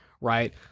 right